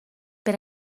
per